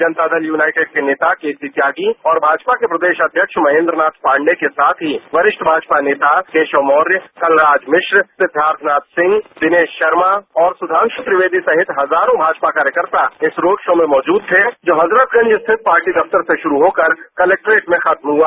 जनता Dal United के नेता केसी त्यागी और भाजपा के प्रदेश अध्यक्ष महेन्द्र नाथ पांडेय के साथ ही वरिष्ठ भाजपा नेता केशव मौर्य कलराज मिश्र सिद्वार्थनाथ सिंह दिनेश शर्मा और सुधांशु त्रिवेदी सहित हजारों भाजपा कार्यकर्ता इस रोड शो में मौजूद थे जो हजरतगंज स्थित पार्टी दफ्तर से शुरू होकर कलेक्ट्रेट में खत्म हुआ